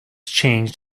changed